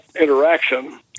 interaction